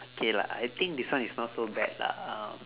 okay lah I think this one is not so bad lah